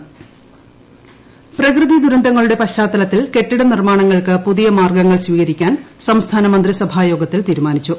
മുഖ്യമന്ത്രി പ്രകൃതി ദുരന്തങ്ങളുടെ പശ്ചാത്തലത്തിൽ കെട്ടിടനിർമ്മാണങ്ങൾക്ക് പുതിയ മാർഗ്ഗങ്ങൾ സ്വീകരിക്കാൻ സംസ്ഥാനമന്ത്രിസഭാ യോഗത്തിൽ തീരുമാനിച്ചു